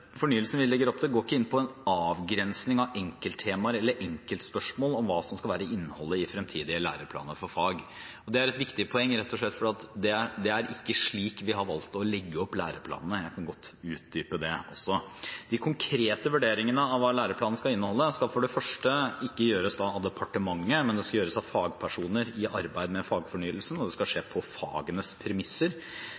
fornyelsen vi legger opp til, går ikke inn på avgrensning av enkelttemaer eller enkeltspørsmål om hva som skal være innholdet i fremtidige læreplaner for fag. Det er et viktig poeng rett og slett fordi det ikke er slik vi har valgt å legge opp læreplanene. Jeg kan godt utdype det også. De konkrete vurderingene av hva læreplanene skal inneholde, skal for det første ikke gjøres av departementet, de skal gjøres av fagpersoner i arbeid med fagfornyelsen, og det skal skje